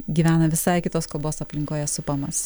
gyvena visai kitos kalbos aplinkoje supamas